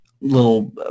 little